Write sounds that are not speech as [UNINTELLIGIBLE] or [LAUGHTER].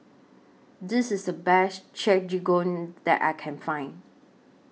This IS The Best [UNINTELLIGIBLE] that I Can Find